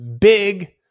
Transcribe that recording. big